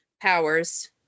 powers